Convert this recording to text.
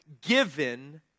given